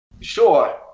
Sure